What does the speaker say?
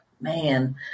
Man